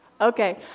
Okay